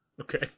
Okay